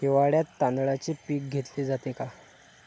हिवाळ्यात तांदळाचे पीक घेतले जाते का?